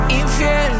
infiel